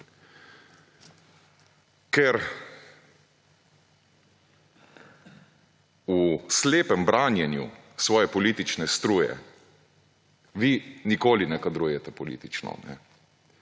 Ker v slepem branjenju svoje politične struje vi nikoli ne kadrujete politično